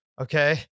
okay